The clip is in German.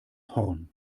horn